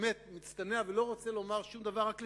באמת מצטנע ולא רוצה לומר שום דבר, רק לצטט.